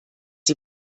sie